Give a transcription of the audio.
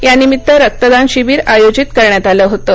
यानिमित्त रक्तदान शिबीर आयोजित करण्यात आलं होतं